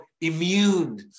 immune